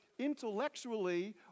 intellectually